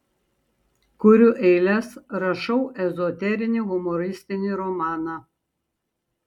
kuriu eiles rašau ezoterinį humoristinį romaną